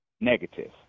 negative